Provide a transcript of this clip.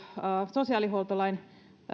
sosiaalihuoltolain